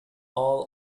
all